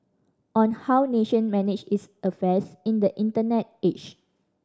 on how nation manage its affairs in the Internet age